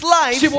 life